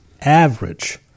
average